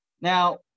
Now